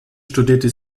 studierte